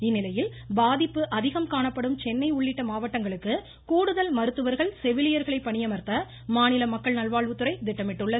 இந்நிலையில் பாதிப்பு அதிகம் காணப்படும் சென்னை உள்ளிட்ட மாவட்டங்களுக்கு கூடுதல் மருத்துவர்கள் செவிலியர்களை பணியமர்த்த மாநில மக்கள் நல்வாழ்வுத்துறை திட்டமிட்டுள்ளது